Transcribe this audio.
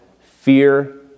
fear